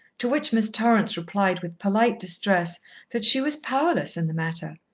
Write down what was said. to which miss torrance replied with polite distress that she was powerless in the matter.